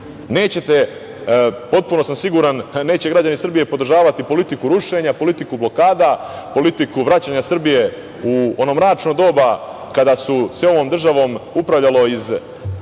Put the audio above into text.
Potpuno sam siguran, neće građani Srbije podržavati politiku rušenja, politiku blokada, politiku vraćanja Srbije u ono mračno doba kada se ovom državom upravljalo iz